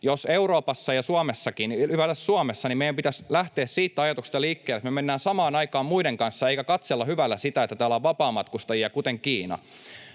että Euroopassa ja Suomessakin, ylipäätänsä Suomessa, meidän pitäisi lähteä siitä ajatuksesta liikkeelle, että me mennään samaan aikaan muiden kanssa eikä katsella hyvällä sitä, että täällä on vapaamatkustajia, kuten Kiina.